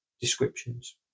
descriptions